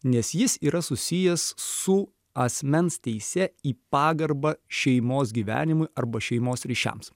nes jis yra susijęs su asmens teise į pagarbą šeimos gyvenimui arba šeimos ryšiams